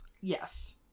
Yes